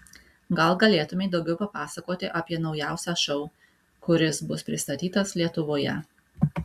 gal galėtumei daugiau papasakoti apie naujausią šou kuris bus pristatytas lietuvoje